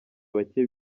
bake